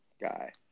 guy